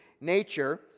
nature